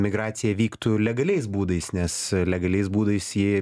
migracija vyktų legaliais būdais nes legaliais būdais ji